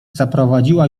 zaprowadziła